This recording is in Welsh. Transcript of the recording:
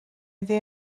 iddi